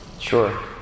Sure